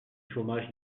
chômage